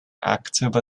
active